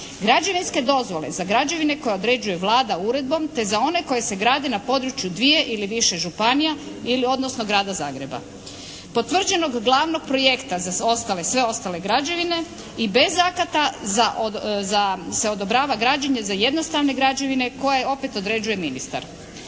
građevinske dozvole za građevine koje određuje Vlada uredbom te za one koje se grade na području dvije ili više županija ili odnosno Grada Zagreba, potvrđenog glavnog projekta za ostale, sve ostale građane i bez akata se odobrava građenje za jednostavne građevine koje opet određuje ministar.